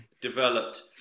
developed